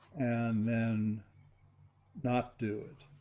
and then not do it.